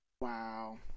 Wow